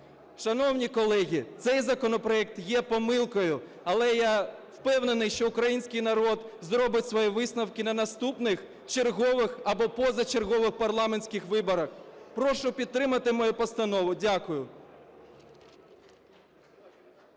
Шановні колеги, цей законопроект є помилкою. Але я впевнений, що український народ зробить свої висновки на наступних чергових або позачергових парламентських виборах. Прошу підтримати мою постанову. Дякую.